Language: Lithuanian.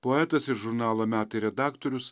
poetas ir žurnalo metai redaktorius